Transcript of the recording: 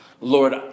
Lord